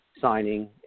signing